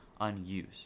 unused